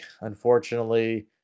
unfortunately